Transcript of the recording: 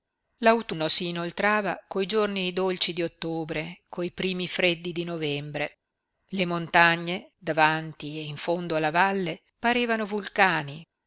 lagrime l'autunno s'inoltrava coi giorni dolci di ottobre coi primi freddi di novembre le montagne davanti e in fondo alla valle parevano vulcani